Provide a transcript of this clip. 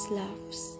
loves